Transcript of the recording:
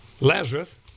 Lazarus